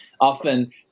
often